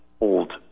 old